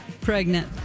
pregnant